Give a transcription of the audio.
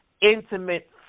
intimate